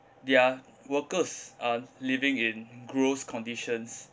their workers are living in gross conditions